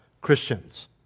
Christians